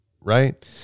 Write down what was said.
right